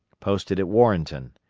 posted at warrenton.